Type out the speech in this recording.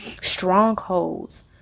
strongholds